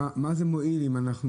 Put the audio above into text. מה זה מועיל אם אנחנו